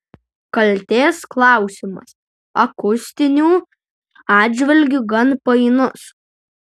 kaltės klausimas akustiniu atžvilgiu gan painus